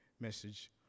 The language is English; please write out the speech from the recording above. message